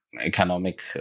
economic